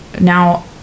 now